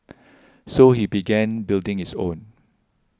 so he began building his own